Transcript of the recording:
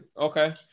okay